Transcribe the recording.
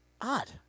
Odd